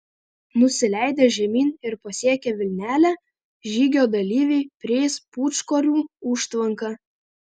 nusileidę žemyn ir pasiekę vilnelę žygio dalyviai prieis pūčkorių užtvanką